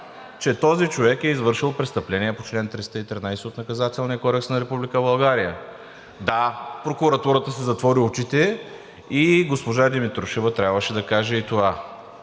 че този човек е извършил престъпление по чл. 313 от Наказателния кодекс на Република България. Да, прокуратурата си затвори очите и госпожа Димитрушева трябваше да каже и това.